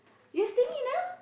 you staying in a